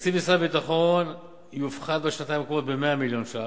תקציב משרד הביטחון יופחת בשנתיים הקרובות ב-100 מיליון שקלים.